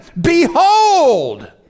behold